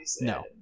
No